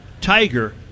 Tiger